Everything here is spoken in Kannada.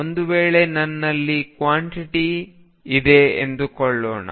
ಒಂದುವೇಳೆ ನನ್ನಲ್ಲಿ ಕ್ವಾಂಟಿಟಿ ಇದೆ ಎಂದುಕೊಳ್ಳೋಣ